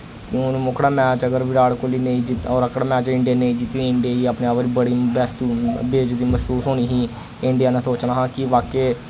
हुन ओह्कड़ा मैच अगर विराट कोहली नेईं जित्तै ओह्कड़ा मैच इंडिया नेईं जितदी इंडिया ही अपने पर बड़ी बैस्ती मह्सूस होनी ही इंडिया नै सोचना हा की वाकई